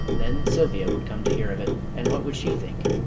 then sylvia would come to hear of it, and what would she think?